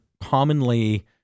commonly